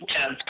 Yes